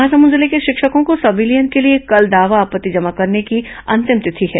महासमुंद जिले के शिक्षकों के संविलियन के लिए कल दावा आपत्ति जमा करने की अंतिम तिथि है